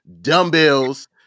dumbbells